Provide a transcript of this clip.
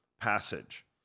passage